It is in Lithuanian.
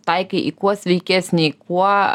taikei į kuo sveikesnį kuo